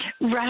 Right